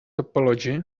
topology